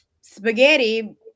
spaghetti